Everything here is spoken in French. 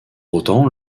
autant